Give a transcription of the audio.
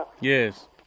Yes